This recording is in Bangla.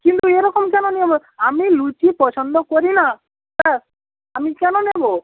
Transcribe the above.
কিন্তু এরকম কেন নিয়ম আমি লুচি পছন্দ করি না ব্যাস আমি কেন নেব